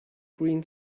green